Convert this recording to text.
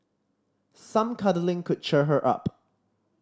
some cuddling could cheer her up